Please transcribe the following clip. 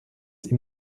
ihm